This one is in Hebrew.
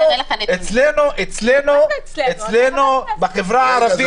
אצלנו בחברה הערבית --- מה זה "אצלנו"?